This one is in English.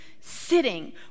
sitting